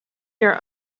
your